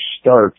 start